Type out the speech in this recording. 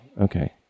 okay